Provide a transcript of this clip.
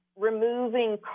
removing